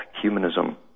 humanism